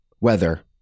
weather